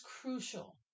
crucial